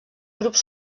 grups